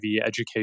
Education